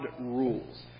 rules